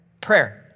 Prayer